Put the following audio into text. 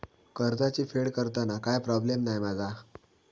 कर्जाची फेड करताना काय प्रोब्लेम नाय मा जा?